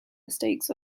mistakes